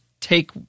take